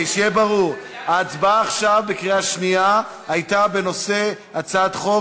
שיהיה ברור: ההצבעה בקריאה שנייה עכשיו הייתה על הצעת חוק